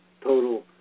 total